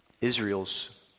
Israel's